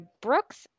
brooks